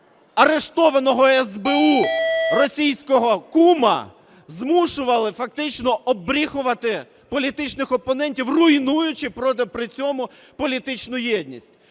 арештованого СБУ російського кума змушували фактично оббріхувати політичних опонентів, руйнуючи при цьому політичну єдність.